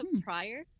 prior